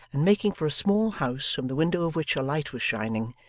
and making for a small house from the window of which a light was shining,